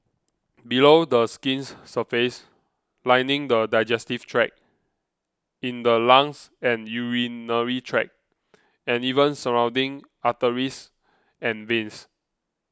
below the skin's surface lining the digestive tract in the lungs and urinary tract and even surrounding arteries and veins